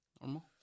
Normal